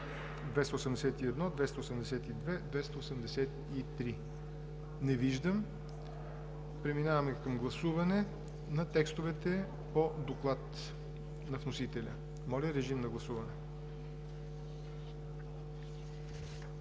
281, 282 и 283? Не виждам. Преминаваме към гласуване на текстовете по доклад на вносителя. Гласували